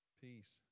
peace